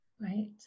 Right